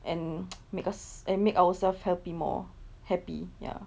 and make us eh make ourselves happy more happy ya